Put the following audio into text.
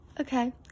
Okay